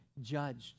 judged